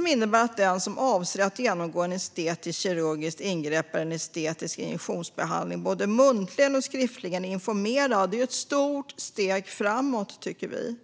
vidare att det är ett stort steg framåt att det kommer att finnas en informationsplikt som innebär att den som avser att genomgå ett estetiskt kirurgiskt ingrepp eller en estetisk injektionsbehandling måste bli informerad, både muntligen och skriftligen.